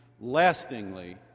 lastingly